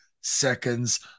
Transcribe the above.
seconds